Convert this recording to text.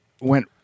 went